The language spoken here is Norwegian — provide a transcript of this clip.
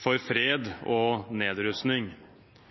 for fred og nedrustning.